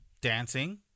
Dancing